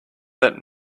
that